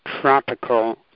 tropical